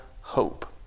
hope